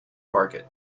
market